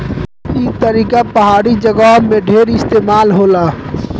ई तरीका पहाड़ी जगह में ढेर इस्तेमाल होला